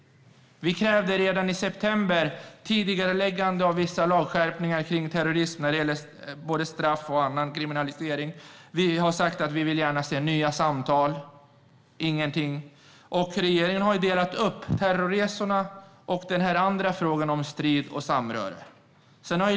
Vi krävde redan i september tidigareläggande av vissa lagskärpningar för terrorism vad gäller både straff och annan kriminalisering. Vi har sagt att vi gärna ser nya samtal. Ingenting har hänt. Regeringen har delat upp terrorresorna och den andra frågan om strid och samröre.